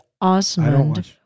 osmond